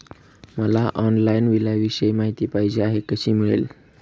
मला ऑनलाईन बिलाविषयी माहिती पाहिजे आहे, कशी मिळेल?